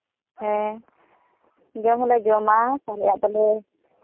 ᱦᱮᱸ ᱡᱚᱢ ᱦᱚᱸᱞᱮ ᱡᱚᱢᱟ ᱥᱟᱨᱮᱡᱟᱜ ᱫᱚᱞᱮ